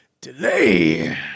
Delay